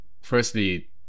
firstly